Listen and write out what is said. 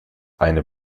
eine